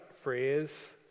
phrase